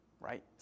right